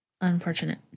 Unfortunate